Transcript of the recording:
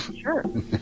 sure